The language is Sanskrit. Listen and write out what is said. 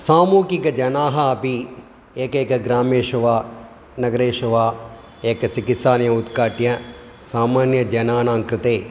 सामूहिकजनाः अपि एकेकग्रामेषु वा नगरेषु वा एकः चिकित्सालयं उद्घाट्य सामान्यजनानां कृते